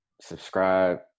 subscribe